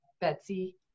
Betsy